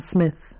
Smith